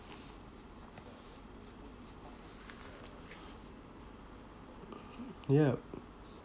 yup